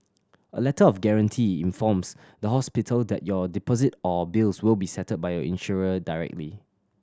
a Letter of Guarantee informs the hospital that your deposit or bills will be settled by your insurer directly